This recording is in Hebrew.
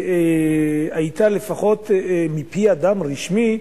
שהיתה לפחות מפי אדם רשמי,